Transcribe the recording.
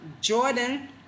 Jordan